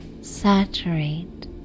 saturate